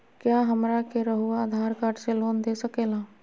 क्या हमरा के रहुआ आधार कार्ड से लोन दे सकेला?